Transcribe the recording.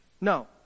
No